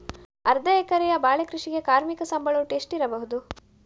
ಅರ್ಧ ಎಕರೆಯ ಬಾಳೆ ಕೃಷಿಗೆ ಕಾರ್ಮಿಕ ಸಂಬಳ ಒಟ್ಟು ಎಷ್ಟಿರಬಹುದು?